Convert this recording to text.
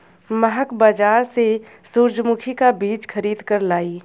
महक बाजार से सूरजमुखी का बीज खरीद कर लाई